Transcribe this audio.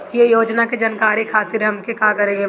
उ योजना के जानकारी के खातिर हमके का करे के पड़ी?